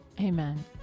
Amen